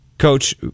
Coach